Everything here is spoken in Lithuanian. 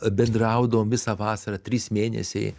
bendraudavom visą vasarą trys mėnesiai